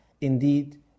Indeed